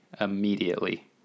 immediately